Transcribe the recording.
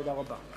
תודה רבה.